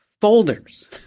folders